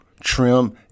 trim